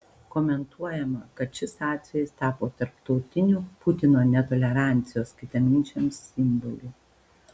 komentuojama kad šis atvejis tapo tarptautiniu putino netolerancijos kitaminčiams simboliu